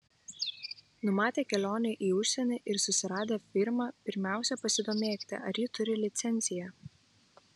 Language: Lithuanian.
numatę kelionę į užsienį ir susiradę firmą pirmiausia pasidomėkite ar ji turi licenciją